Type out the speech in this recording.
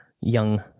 young